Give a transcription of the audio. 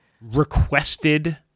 requested